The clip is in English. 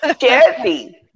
Jersey